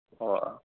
ꯑꯣ